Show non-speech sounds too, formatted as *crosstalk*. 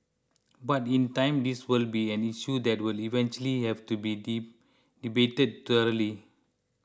but in time this will be an issue that will eventually have to be *unintelligible* debated thoroughly